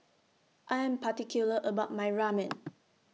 I Am particular about My Ramen